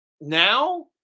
now